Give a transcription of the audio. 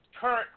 Current